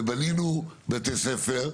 וועדה מקומית לא יכולה לסתור תמ"א.